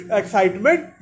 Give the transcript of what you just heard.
excitement